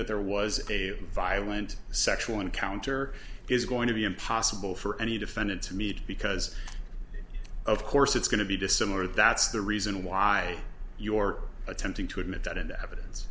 that there was a violent sexual encounter is going to be impossible for any defendant to meet because of course it's going to be dissimilar that's the reason why your attempting to admit that in the evidence